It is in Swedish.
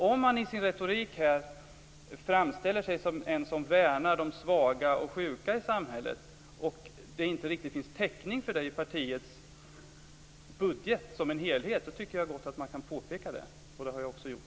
Om man i sin retorik framställer sig som en som värnar de svaga och sjuka i samhället och det inte riktigt finns täckning för det i partiets budget som helhet tycker jag gott att man kan påpeka det. Det har jag också gjort.